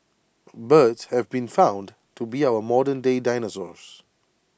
birds have been found to be our modernday dinosaurs